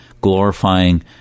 glorifying